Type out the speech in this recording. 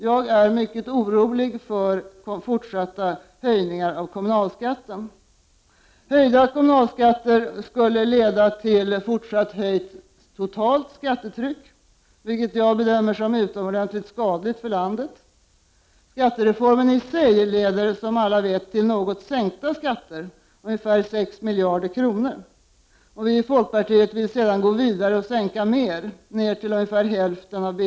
Jag är mycket orolig för fortsatta höjningar av kommunalskatten. Höjda kommunalskatter leder för det första till fortsatt höjt totalt skattetryck, vilket jag bedömer som utomordentligt skadligt för landet. Skattereformen i sig leder jutill något sänkta skatter — ungefär 6 miljarder kronor lägre. Vi i folkpartiet vill sedan gå vidare med ytterligare sänkningar — till ungefär hälften av BNP.